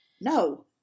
No